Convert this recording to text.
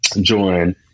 join